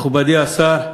מכובדי השר,